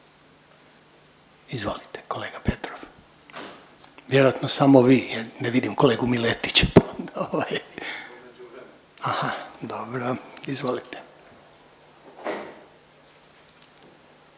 Izvolite kolega Petrov, vjerojatno samo vi jer ne vidim kolegu Miletića …/Upadica se